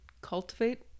cultivate